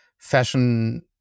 Fashion